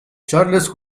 charles